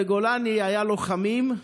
בגולני היו לוחמים,